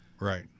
Right